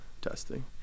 testing